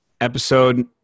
Episode